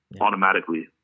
automatically